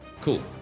cool